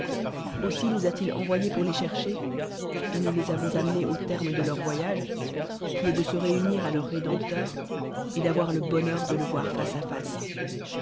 aftsai nous a-t-il envoyés pour les cherchet et nous les avons amenés au terme de leur voyage qui est de se rélldir à leur rédempteur et d'voir le bonheur de le voir face à face